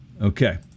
Okay